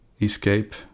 escape